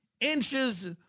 inches